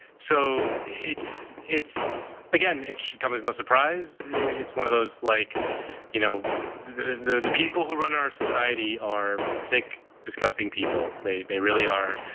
so it's it's again, it should come as no surprise. it's one of those like you know the people who run in our society are sick, disgusting people. they they really are.